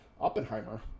Oppenheimer